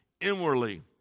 inwardly